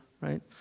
right